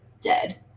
dead